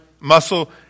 muscle